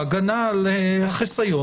ההגנה של החיסיון.